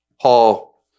Paul